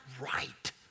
right